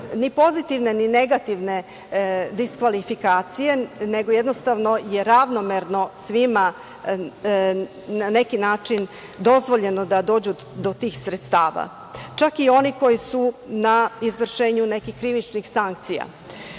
ni pozitivne, ni negativne diskvalifikacije, nego jednostavno je ravnomerno svima na neki način dozvoljeno da dođu do tih sredstava, čak i oni koji su na izvršenju nekih krivičnih sankcija. Razlozi,